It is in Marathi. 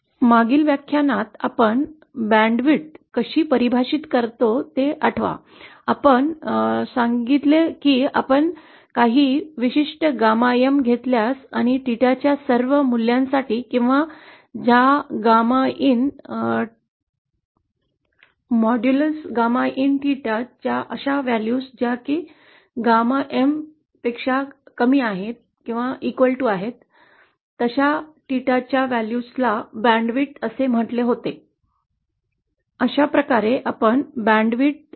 मागील व्याख्यानात आपण बँडची रूंदी कशी परिभाषित करतो ते आठवा आपण सांगितले की आपण काही विशिष्ट γ M घेतल्यास आणि 𝚹 च्या सर्व मूल्यांसाठी किंवा ज्या गागामा इन थॅटॅटा मोडेलस च्या व्हॅल्यूस ज्या γ M पेक्षा कमी किंवा समान असलेल्या मूल्यांसाठी रेस्पोंड करणारी 𝚹 ची ती मूल्ये म्हणजेच बँड रुंदी अशा प्रकारे आपण बँड रुंदी परिभाषित करतो